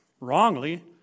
wrongly